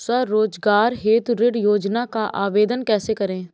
स्वरोजगार हेतु ऋण योजना का आवेदन कैसे करें?